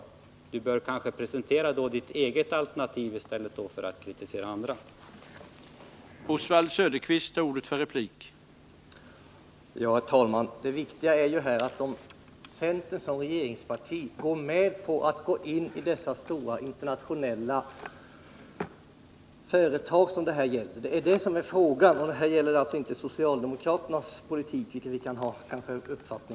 Oswald Söderqvist bör presentera sitt eget alternativ i stället för att kritisera andras förslag.